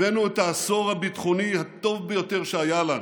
הבאנו את העשור הביטחוני הטוב ביותר שהיה לנו.